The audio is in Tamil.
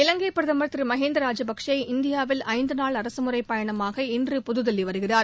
இலங்கை பிரதமர் திரு மஹிந்த ராஜபக்சே இந்தியாவில் ஐந்து நாள் அரசுமுறை பயணமாக இன்று புதுதில்லி வருகிறார்